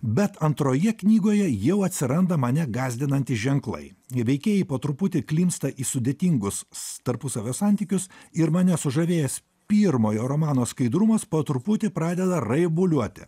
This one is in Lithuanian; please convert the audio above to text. bet antroje knygoje jau atsiranda mane gąsdinantys ženklai veikėjai po truputį klimpsta į sudėtingus tarpusavio santykius ir mane sužavėjęs pirmojo romano skaidrumas po truputį pradeda raibuliuoti